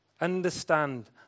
Understand